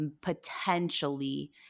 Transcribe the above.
potentially